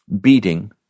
beating